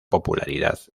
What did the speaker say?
popularidad